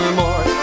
more